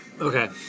Okay